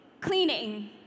Cleaning